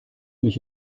mich